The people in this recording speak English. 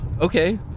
okay